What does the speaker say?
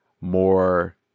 more